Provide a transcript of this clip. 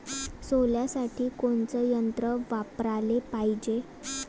सोल्यासाठी कोनचं यंत्र वापराले पायजे?